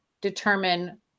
Determine